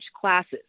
classes